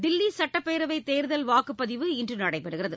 தில்லி சுட்டப்பேரவை தேர்தல் வாக்குப்பதிவு இன்று நடைபெறுகிறது